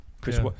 Chris